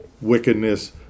wickedness